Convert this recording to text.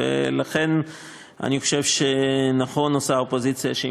לכן אני חושב שנכון עושה האופוזיציה שהיא